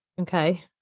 okay